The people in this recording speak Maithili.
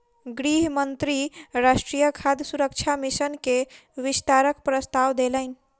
गृह मंत्री राष्ट्रीय खाद्य सुरक्षा मिशन के विस्तारक प्रस्ताव देलैन